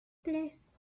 tres